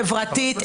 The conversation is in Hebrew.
חברתית,